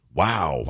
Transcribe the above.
wow